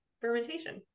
fermentation